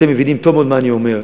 אתם מבינים טוב מאוד מה אני אומר.